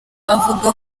avuga